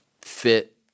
fit